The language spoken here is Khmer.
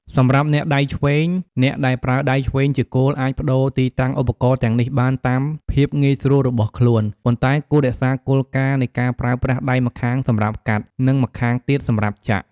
សម្រាប់អ្នកដៃឆ្វេង អ្នកដែលប្រើដៃឆ្វេងជាគោល អាចប្តូរទីតាំងឧបករណ៍ទាំងនេះបានតាមភាពងាយស្រួលរបស់ខ្លួន ប៉ុន្តែគួររក្សាគោលការណ៍នៃការប្រើប្រាស់ដៃម្ខាងសម្រាប់កាត់ និងម្ខាងទៀតសម្រាប់ចាក់។